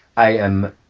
i am,